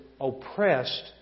oppressed